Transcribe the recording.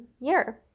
year